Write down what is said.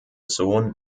sohn